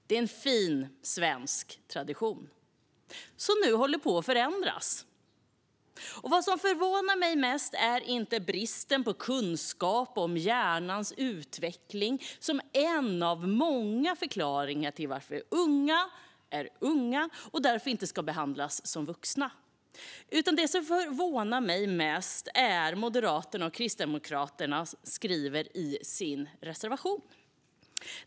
Det är en fin svensk tradition, som nu håller på att förändras. Det som förvånar mig mest är inte bristen på kunskap om hjärnans utveckling som en av många förklaringar till att unga är unga och därför inte ska behandlas som vuxna, utan det som förvånar mig mest är det som Moderaterna och Kristdemokraterna skriver i sin reservation.